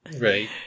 Right